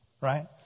right